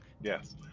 yes